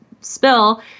spill